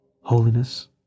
Holiness